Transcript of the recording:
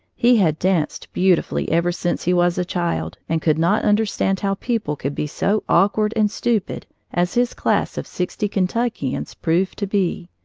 he had danced beautifully ever since he was a child and could not understand how people could be so awkward and stupid as his class of sixty kentuckians proved to be.